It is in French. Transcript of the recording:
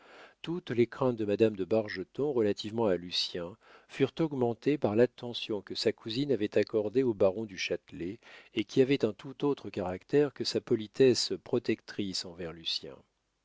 toutes les craintes de madame de bargeton relativement à lucien furent augmentées par l'attention que sa cousine avait accordée au baron du châtelet et qui avait un tout autre caractère que sa politesse protectrice envers lucien pendant le second